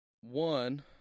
one